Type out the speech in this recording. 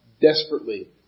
desperately